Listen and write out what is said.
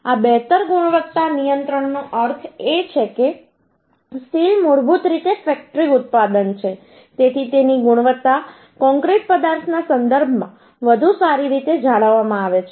આ બહેતર ગુણવત્તા નિયંત્રણનો અર્થ છે કે સ્ટીલ મૂળભૂત રીતે ફેક્ટરી ઉત્પાદન છે તેથી તેની ગુણવત્તા કોંક્રિટ પદાર્થના સંદર્ભમાં વધુ સારી રીતે જાળવવામાં આવે છે